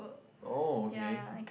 oh okay